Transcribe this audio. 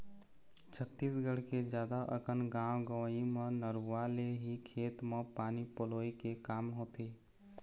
छत्तीसगढ़ के जादा अकन गाँव गंवई म नरूवा ले ही खेत म पानी पलोय के काम होथे